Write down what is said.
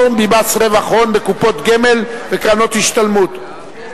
ממס רווח הון בקופות גמל וקרנות השתלמות).